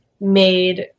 made